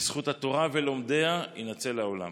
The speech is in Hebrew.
בזכות התורה ולומדיה, יינצל העולם.